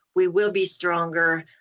we will be stronger.